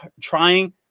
trying